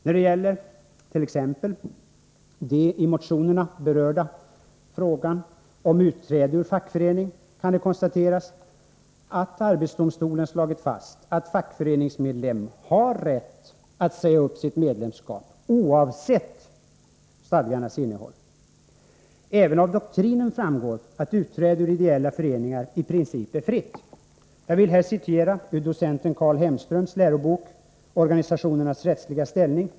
När det t. ex gäller den i motionerna berörda frågan om utträde ur fackförening kan det konstateras att arbetsdomstolen slagit fast att fackföreningsmedlem har rätt att säga upp sitt medlemskap, oavsett stadgarnas innehåll. Även av doktrinen framgår att utträde ur ideella föreningar i princip är fritt, Jag vill här citera docenten Carl Hemströms lärobok Organisationernas rättsliga ställning.